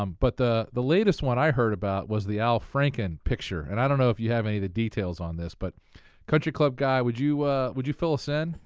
um but the the latest one i heard about was the al franken picture and i don't know if you have any of the details on this. but country club guy, would you would you fill us in?